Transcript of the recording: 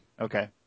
Okay